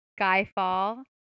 Skyfall